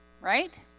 right